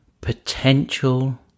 potential